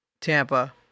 Tampa